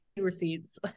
receipts